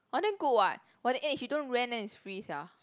oh then good what for that age he don't rent then is free sia